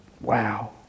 Wow